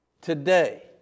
Today